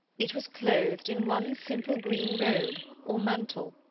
it was clothed in one simple green robe, or mantle,